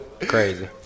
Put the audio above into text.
Crazy